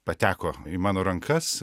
pateko į mano rankas